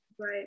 Right